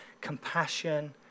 compassion